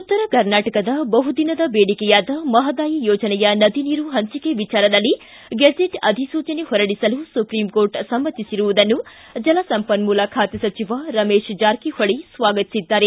ಉತ್ತರ ಕರ್ನಾಟಕದ ಬಹುದಿನದ ಬೇಡಿಕೆಯಾದ ಮಪದಾಯಿ ಯೋಜನೆಯ ನದಿ ನೀರು ಪಂಚಿಕೆ ವಿಚಾರದಲ್ಲಿ ಗೆಜೆಟ್ ಅಧಿಸೂಚನೆ ಹೊರಡಿಸಲು ಸುಪ್ರಿಂ ಕೋರ್ಟ್ ಸಮ್ಮತಿಸಿರುವುದನ್ನು ಜಲಸಂಪನ್ನೂಲ ಖಾತೆ ಸಚಿವ ರಮೇಶ್ ಜಾರಕಿಹೊಳಿ ಸ್ವಾಗತಿಸಿದ್ದಾರೆ